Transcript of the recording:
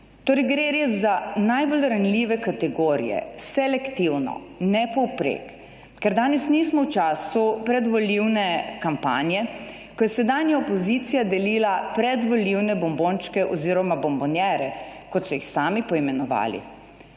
Torej gre res za najbolj ranljive kategorije, selektivno, ne povprek. Ker danes nismo v času predvolilne kampanje, ko je sedanja opozicija delila predvolilne bombončke oziroma bombonjere kot so jih sami poimenovali.